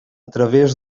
través